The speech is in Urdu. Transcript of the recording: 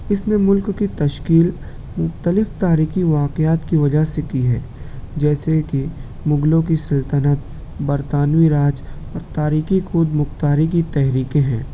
اس میں ملک کی تشکیل مختلف تاریخی واقعات کی وجہ سے کی ہے جیسے کہ مغلوں کی سلطنت برطانوی راج اور تاریخی خود مختاری کی تحریکیں ہیں